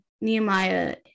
Nehemiah